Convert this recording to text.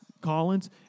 Collins